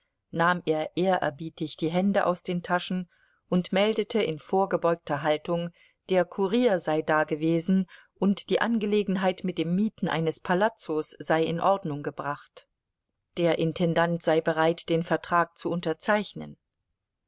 nahm er ehrerbietig die hände aus den taschen und meldete in vorgebeugter haltung der kurier sei dagewesen und die angelegenheit mit dem mieten eines palazzos sei in ordnung gebracht der intendant sei bereit den vertrag zu unterzeichnen